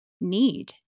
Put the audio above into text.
need